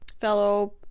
fellow